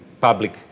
public